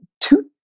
two